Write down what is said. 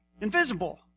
invisible